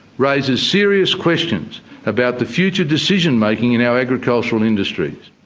raises serious questions about the future decision-making in our agricultural industries.